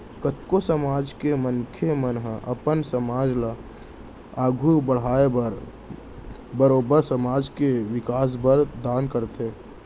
कतको समाज के मनसे मन ह अपन समाज ल आघू बड़हाय बर बरोबर समाज के बिकास बर दान करथे